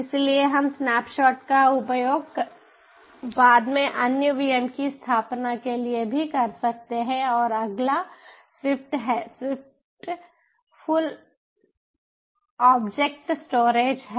इसलिए हम स्नैपशॉट का उपयोग बाद में अन्य VM की स्थापना के लिए भी कर सकते हैं और अगला स्विफ्ट है स्विफ्ट फुल ऑब्जेक्ट स्टोरेज है